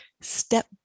Step